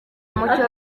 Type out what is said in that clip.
mucyo